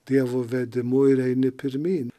dievo vedimu ir eini pirmyn